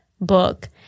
book